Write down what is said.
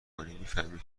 کنی، میفهمی